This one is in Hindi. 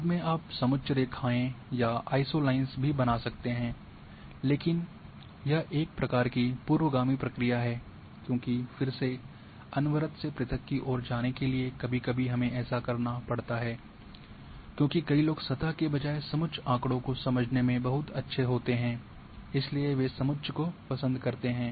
बाद में आप समुच्च रेखाएँ या आइसोलाइन्स भी बना सकते हैं लेकिन यह एक प्रकार की पूर्वगामी प्रक्रिया है क्योंकि फिर से अनवरत से पृथक की ओर जाने के लिए कभी कभी हमें ऐसा करना पड़ता है क्योंकि कई लोग सतह के बजाय समुच्च आँकड़ों को समझने में बहुत अच्छे होते हैं इसलिए वे समुच्च को पसंद करते हैं